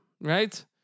Right